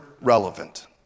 relevant